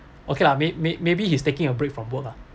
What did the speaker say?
okay lah may may maybe he's taking a break from work lah